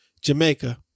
Jamaica